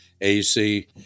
AC